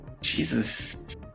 jesus